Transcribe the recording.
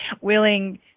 willing